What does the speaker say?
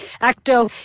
actor